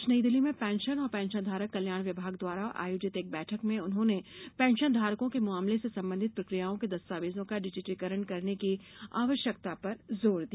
आज नई दिल्ली में पेंशन और पेंशनधारक कल्याण विभाग द्वारा आयोजित एक बैठक में उन्होंने पेंशनधारकों के मामलों से संबंधित प्रकियाओं के दस्तावेजों का डिजिटीकरण करने की आवश्यकता पर जोर दिया